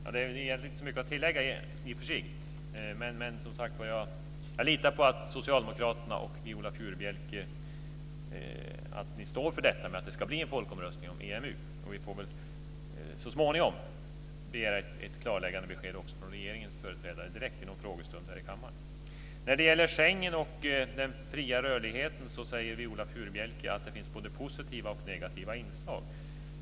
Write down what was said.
Fru talman! Det är egentligen inte så mycket att tillägga. Jag litar på att socialdemokraterna och Viola Furubjelke står för att det ska bli en folkomröstning om EMU. Så småningom får vi väl begära ett klarläggande besked direkt från regeringens företrädare vid någon frågestund här i kammaren. När det gäller Schengenavtalet och den fria rörligheten säger Viola Furubjelke att det finns både positiva och negativa inslag.